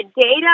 data